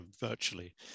virtually